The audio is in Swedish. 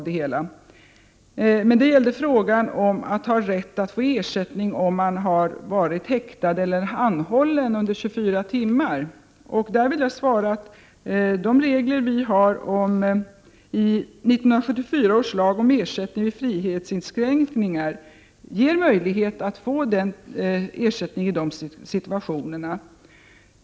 Den fråga jag vill besvara gällde rätten att få ersättning om man varit häktad eller anhållen under 24 timmar. De regler vi har i 1974 års lag om ersättning vid frihetsinskränkningar ger möjlighet att få ersättning i de situationerna.